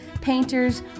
painters